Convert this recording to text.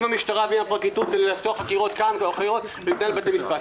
-- עם המשטרה ועם הפרקליטות ולעשות חקירות ולהתנהל בבתי משפט.